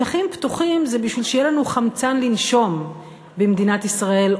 אלא זה כדי שיהיה לנו חמצן לנשום במדינת ישראל,